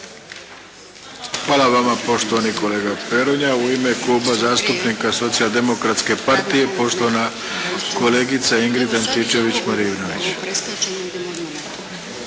Hvala vama poštovani kolega Peronja. U ime Kluba zastupnika Socijaldemokratske partije poštovana kolegica Ingrid Antičević Marinović.